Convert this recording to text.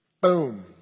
Boom